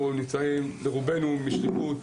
רובנו נמצאים פה משליחות.